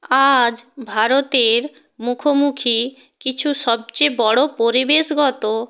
আজ ভারতের মুখোমুখি কিছু সবচেয়ে বড়ো পরিবেশগত